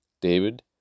David